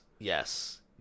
Yes